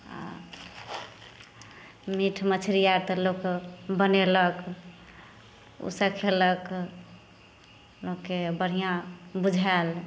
आ मीट मछरी आर तऽ लोक बनेलक ओ सब खेलक लोकके बढ़िऑं बुझायल